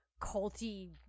culty